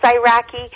Iraqi